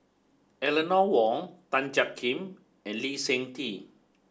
Eleanor Wong Tan Jiak Kim and Lee Seng Tee